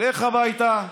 לך הביתה,